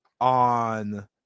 on